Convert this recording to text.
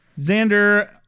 Xander